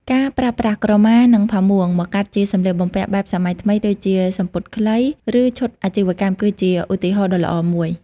ការប្រើប្រាស់ ក្រមា និងផាមួង មកកាត់ជាសម្លៀកបំពាក់បែបសម័យថ្មីដូចជាសំពត់ខ្លី ឬឈុតអាជីវកម្ម គឺជាឧទាហរណ៍ដ៏ល្អមួយ។